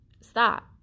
stop